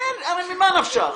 הרי ממה נפשך,